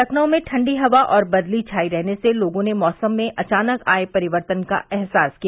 लखनऊ में ठंडी हवा और बदली छायी रहने से लोगों ने मौसम में अचानक आये परिवर्तन का एहसास किया